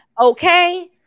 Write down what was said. okay